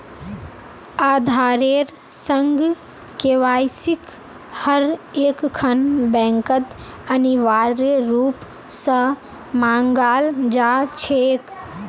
आधारेर संग केवाईसिक हर एकखन बैंकत अनिवार्य रूप स मांगाल जा छेक